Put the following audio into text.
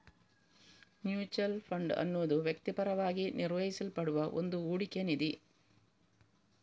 mutual fund ಅನ್ನುದು ವೃತ್ತಿಪರವಾಗಿ ನಿರ್ವಹಿಸಲ್ಪಡುವ ಒಂದು ಹೂಡಿಕೆ ನಿಧಿ